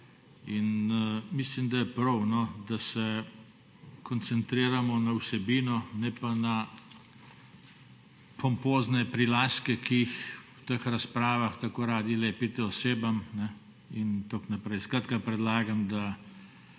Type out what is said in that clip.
Mislim, da je prav, da se koncentriramo na vsebino, ne pa na pompozne prilastke, ki jih v teh razpravah tako radi lepite osebam in tako naprej. Skratka, predlagam, da